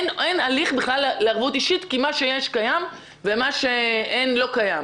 אין בכלל הליך לערבות אישית כי מה שיש קיים ומה שאין לא קיים.